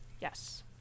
Yes